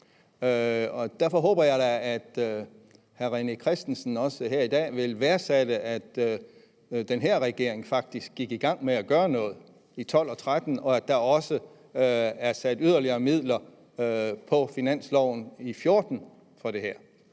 Derfor håber jeg da, at hr. René Christensen også her i dag vil værdsætte, at den her regering faktisk gik i gang med at gøre noget i 2012 og 2013, og at der også er sat yderligere midler af i finanslovsforslaget for 2014 til det her.